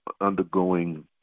undergoing